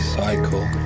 cycle